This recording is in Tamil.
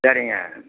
சரிங்க